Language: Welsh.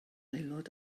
aelod